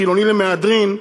חילוני למהדרין,